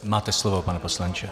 Máte slovo, pane poslanče.